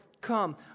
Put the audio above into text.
come